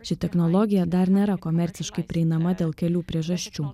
ši technologija dar nėra komerciškai prieinama dėl kelių priežasčių